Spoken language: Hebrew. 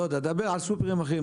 דבר על סופרים אחרים,